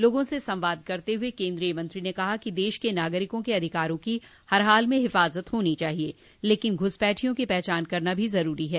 लोगों से संवाद करते हुए केन्द्रीय मंत्री ने कहा कि देश के नागरिकों के अधिकारों की हर हाल में हिफाजत होनी चाहिये लेकिन घुसपैठियों की पहचान करना भी जरूरी है